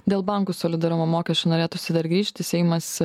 dėl bankų solidarumo mokesčio norėtųsi dar grįžti seimas